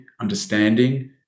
understanding